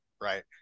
right